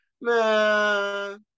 Man